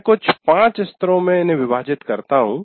मैं कुछ 5 स्तरों में इन्हें विभाजित करता हूं